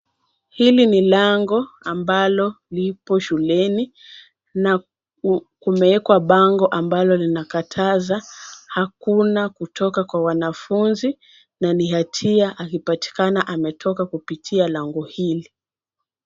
Hili ni lango ambalo lipo shuleni na kumeekwa bango ambalo linakataza hakuna kutoka kwa wanafunzi na ni hatia akipatikana ametoka kupitia lango hili.